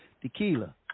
Tequila